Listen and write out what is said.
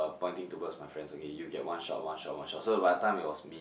pointing towards my friends okay you get one shot one shot one shot so about times it was me